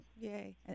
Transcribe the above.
yay